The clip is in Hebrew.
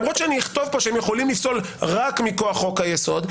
למרות שאני אכתוב פה שהם יכולים לפסול רק מכוח חוק היסוד,